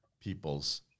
people's